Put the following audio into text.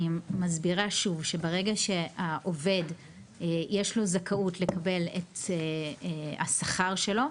אני מסבירה שוב שברגע שלעובד יש זכאות לקבל את השכר שלו,